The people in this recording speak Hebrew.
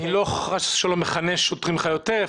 אני חס ושלום לא מכנה שוטרים חיות טרף,